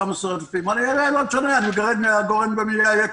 שם 10,000. אני מגרד מן הגורן ומן היקב.